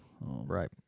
right